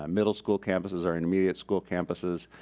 um middle school campuses, our intermediate school campuses,